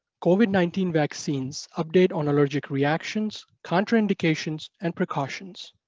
covid nineteen vaccines update on allergic reactions, contraindications and precautions.